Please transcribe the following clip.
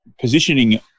positioning